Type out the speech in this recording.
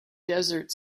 desert